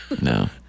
No